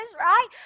right